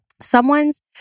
someone's